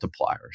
multipliers